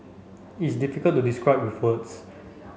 it's difficult to describe with words